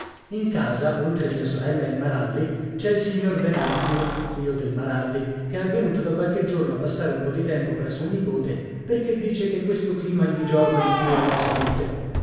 in casa oltre mia sorella e il maralli c'è il signor venanzio zio del maralli che è venuto da qualche giorno a passare un po di tempo presso il nipote perché dice che questo clima gli giova di più alla salute